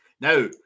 Now